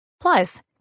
Plus